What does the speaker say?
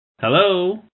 Hello